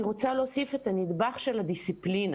אני רוצה להוסיף את הנדבך של הדיסציפלינה.